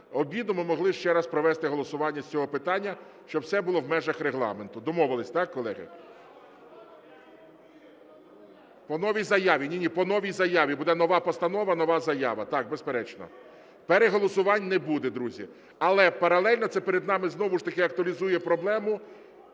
обіду ми могли ще раз провести голосування з цього питання, щоб все було в межах Регламенту. Домовились, так, колеги? По новій заяві. (Шум у залі) Ні-ні, по новій заяві. Буде нова постанова, нова заява. Так, безперечно. Переголосувань не буде, друзі. Але паралельно це перед нами знову ж таки актуалізує проблему…